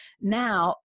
now